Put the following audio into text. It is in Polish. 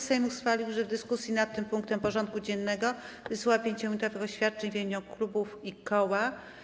Sejm ustalił, że w dyskusji nad tym punktem porządku dziennego wysłucha 5-minutowych oświadczeń w imieniu klubów i koła.